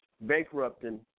bankrupting